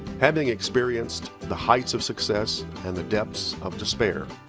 having experienced the heights of success and the depths of despair,